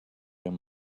him